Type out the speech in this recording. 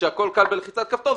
כשהכול קל בלחיצת כפתור,